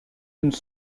une